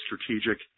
strategic